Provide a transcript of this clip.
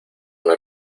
una